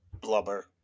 blubber